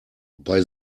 bei